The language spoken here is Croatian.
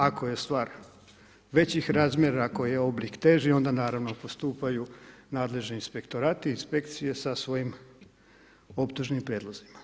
Ako je stvar većih razmjera, ako je oblik teži onda naravno postupaju nadležni inspektorati, inspekcije sa svojim optužnim prijedlozima.